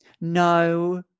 no